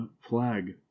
flag